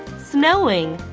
snowing